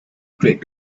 great